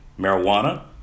Marijuana